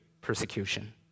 persecution